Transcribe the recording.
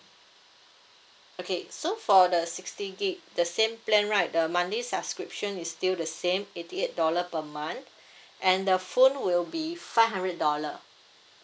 okay so for the sixty gig the same plan right the monthly subscription is still the same eighty eight dollar per month and the phone will be five hundred dollar